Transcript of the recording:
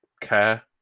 care